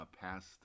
past